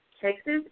Texas